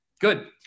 Good